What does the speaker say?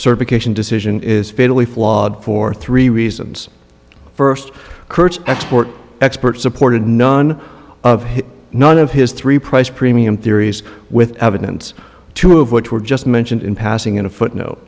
certification decision is fatally flawed for three reasons first kurtz export experts supported none of his none of his three price premium theories with evidence two of which were just mentioned in passing in a footnote